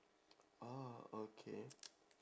orh okay